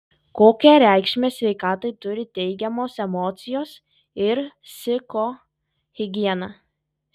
kokią reikšmę sveikatai turi teigiamos emocijos ir psichohigiena